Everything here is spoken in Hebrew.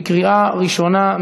בקריאה ראשונה.